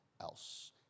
else